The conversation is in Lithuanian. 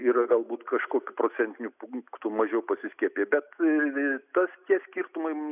yra galbūt kažkokiu procentiniu punktu mažiau pasiskiepiję bet tas tie skirtumai